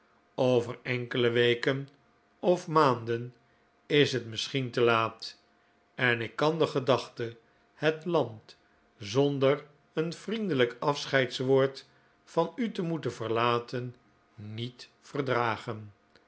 over enkele weken of maanden is het misschien te laat en ik kan de gedachte het land zonder een vriendelijk afscheidswoord van u te moeten verlaten niet verdragen